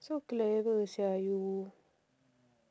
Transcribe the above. so clever sia you